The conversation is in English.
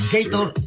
Gator